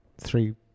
three